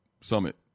summit